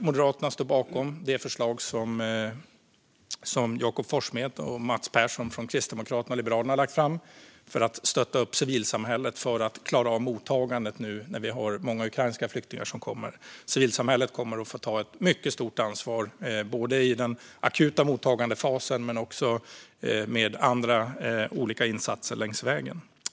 Moderaterna står också bakom det förslag som Jakob Forssmed och Mats Persson från Kristdemokraterna respektive Liberalerna har lagt fram för att stötta upp civilsamhället för att klara av mottagandet när vi nu har många ukrainska flyktingar som kommer. Civilsamhället kommer att få ta ett mycket stort ansvar i den akuta mottagandefasen men också med andra olika insatser längs vägen.